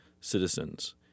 citizens